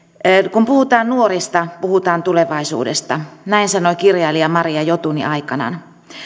kun puhutaan nuorista puhutaan tulevaisuudesta näin sanoi kirjailija maria jotuni aikanaan